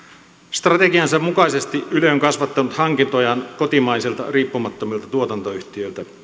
strategiansa mukaisesti yle on kasvattanut hankintoja kotimaisilta riippumattomilta tuotantoyhtiöiltä